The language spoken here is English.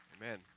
Amen